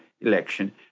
election